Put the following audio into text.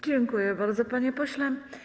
Dziękuję bardzo, panie pośle.